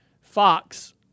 Fox